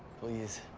please.